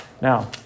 Now